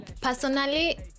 personally